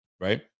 Right